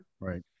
right